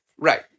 Right